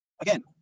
again